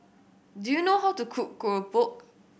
do you know how to cook keropok